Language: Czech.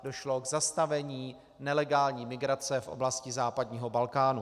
Došlo k zastavení nelegální migrace v oblasti západního Balkánu.